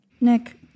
Nick